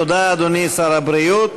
תודה, אדוני שר הבריאות.